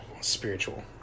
spiritual